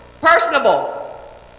Personable